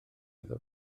iddo